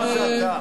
לא אתה.